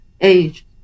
age